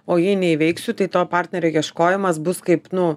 o jei neįveiksiu tai to partnerio ieškojimas bus kaip nu